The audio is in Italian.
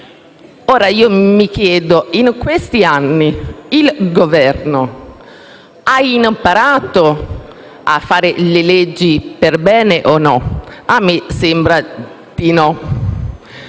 Ora io mi chiedo: in questi anni il Governo ha imparato a fare le leggi per bene o no? A me sembra di no,